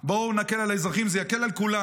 בואו נקל על האזרחים, זה יקל על כולם.